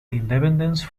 independence